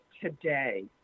today